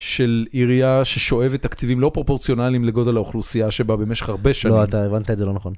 של עירייה ששואבת תקציבים לא פרופורציונליים לגודל האוכלוסייה שבה במשך הרבה שנים. לא, אתה הבנת את זה לא נכון.